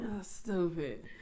Stupid